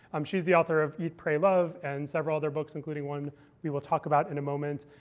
um she's the author of eat, pray, love, and several other books, including one we will talk about in a moment.